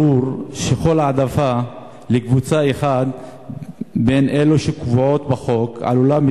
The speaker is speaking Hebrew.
ברור שכל העדפה לקבוצה אחת בין אלו שקבועות בחוק עלולה,